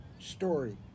story